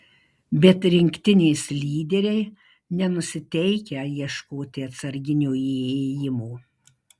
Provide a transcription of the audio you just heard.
bet rinktinės lyderiai nenusiteikę ieškoti atsarginio įėjimo